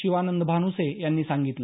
शिवानंद भानुसे यांनी सांगितलं